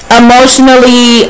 emotionally